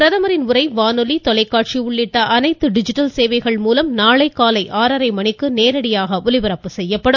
பிரதமரின் உரை வானொலி தொலைக்காட்சி உள்ளிட்ட அனைத்து டிஜிட்டல் சேவைகள் மூலம் நாளை காலை ஆறரை மணிக்கு நேரடியாக ஒளிபரப்பு செய்யப்படும்